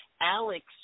Alex